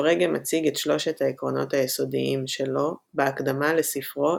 פרגה מציג את שלושת העקרונות היסודיים שלו בהקדמה לספרו,